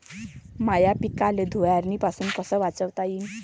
माह्या पिकाले धुयारीपासुन कस वाचवता येईन?